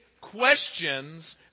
questions